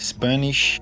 Spanish